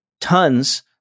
tons